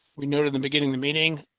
we noted in the beginning, the meeting.